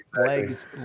Legs